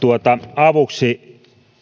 avuksi